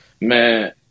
man